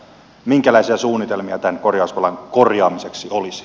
minkälaisia suunnitelmia tämän korjausvelan korjaamiseksi olisi